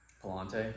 Palante